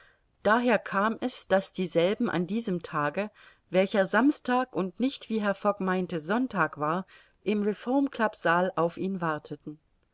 daher kam es daß dieselben ihn an diesem tage welcher samstag und nicht wie herr fogg meinte sonntag war im reformclubsaal auf ihn warteten